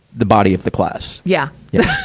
the body of the class. yeah. yeah,